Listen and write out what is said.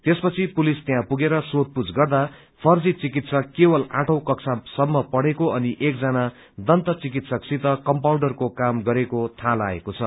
त्यसपछि पुलिस त्यहाँ पुगरे सोधपुछ गर्दा फर्जी चिकित्सक केवल आठौं कक्षा सम्म पड़ेको अनि एक जना दन्त चिकित्सक सित कम्पाउन्डरको काम गरेको थाहा लागेको छ